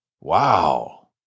Wow